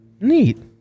Neat